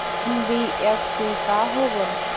NBFC का होब?